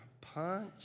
Punch